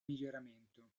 miglioramento